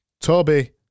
Toby